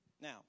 Now